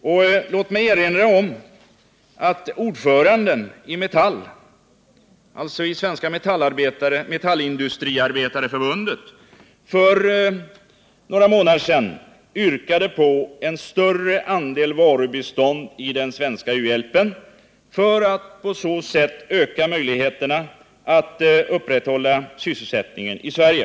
Och låt mig erinra om att ordföranden i Svenska metallindustriarbetareförbundet för några månader sedan yrkade på en större andel varubistånd i den svenska u-hjälpen för att på så sätt öka möjligheterna Nr 135 att upprätthålla sysselsättningen i Sverige.